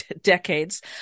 Decades